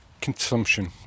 consumption